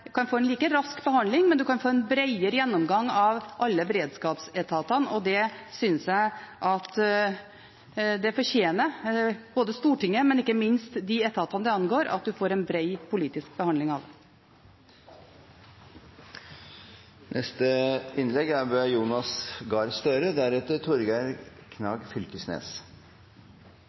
like rask behandling, men man kan få en bredere gjennomgang av alle beredskapsetatene, og jeg syns at både Stortinget og ikke minst de etatene det angår, fortjener at man får en bred politisk behandling av det. Det går jo an å ha ulike syn på historien, også innen kunnskapsfeltet. Videreutdanning og etterutdanning er